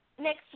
Next